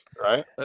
Right